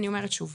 אני אומרת שוב,